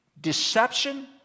deception